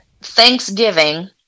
Thanksgiving